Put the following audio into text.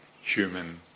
human